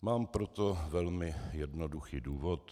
Mám pro to velmi jednoduchý důvod.